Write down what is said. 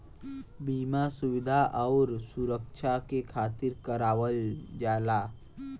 बीमा सुविधा आउर सुरक्छा के खातिर करावल जाला